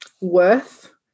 worth